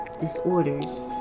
disorders